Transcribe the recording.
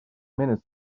minutes